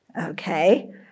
Okay